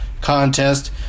contest